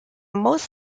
most